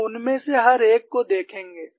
हम उनमें से हर एक को देखेंगे